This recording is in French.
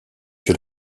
que